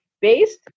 based